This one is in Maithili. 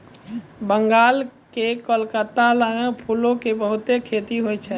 बंगाल के कोलकाता लगां फूलो के बहुते खेती होय छै